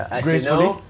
Gracefully